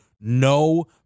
no